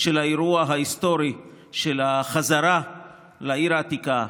של האירוע ההיסטורי של החזרה לעיר העתיקה,